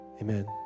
Amen